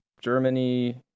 germany